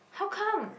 how come